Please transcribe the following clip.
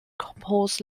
composent